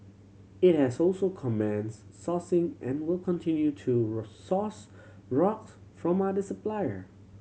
it has also commenced sourcing and will continue to resource rocks from other supplier